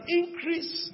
increase